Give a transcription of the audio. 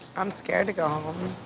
i'm scared to go home.